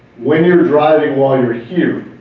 when you're driving while you're here,